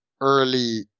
early